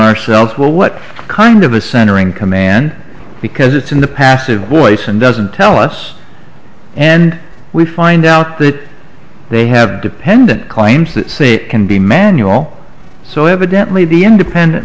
ourselves well what kind of a centering command because it's in the passive voice and doesn't tell us and we find out that they have dependent claims that say it can be manual so evidently the independent